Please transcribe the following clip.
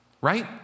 right